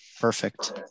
perfect